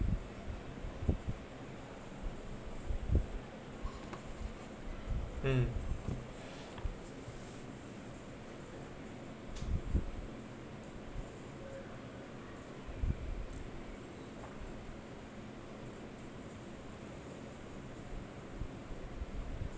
mm